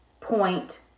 point